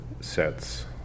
sets